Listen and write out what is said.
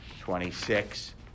twenty-six